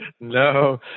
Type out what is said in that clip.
No